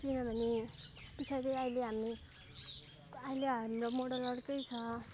किनभने पछाडि अहिले हामीले अहिले हाम्रो मोडल अर्कै छ